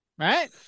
Right